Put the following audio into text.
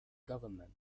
government